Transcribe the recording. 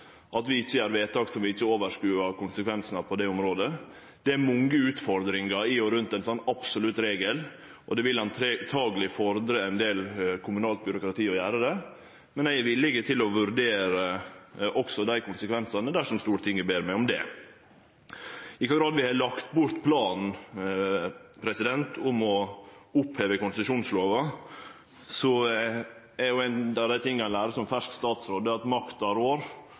at vi ikkje gjer vedtak som vi ikkje har oversyn over konsekvensane av, på det området. Det er mange utfordringar i og rundt å ha ein absolutt regel, og det vil antakeleg fordre ein del kommunalt byråkrati å gjere det, men eg er villig til å vurdere også dei konsekvensane dersom Stortinget ber meg om det. Når det gjeld i kva grad vi har lagt bort planen om å oppheve konsesjonslova, er ein av dei tinga ein lærer som fersk statsråd, at makta rår.